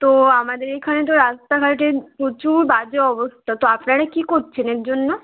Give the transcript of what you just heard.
তো আমাদের এখানে তো রাস্তাঘাটের প্রচুর বাজে অবস্থা তো আপনারা কী কচ্ছেন এর জন্য